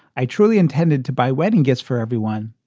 i truly intended to buy wedding gifts for everyone,